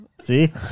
See